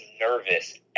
nervous